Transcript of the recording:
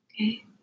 Okay